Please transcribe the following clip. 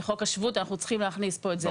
לחוק השבות אנחנו צריכים להכניס פה את זה.